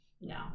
no